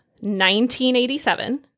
1987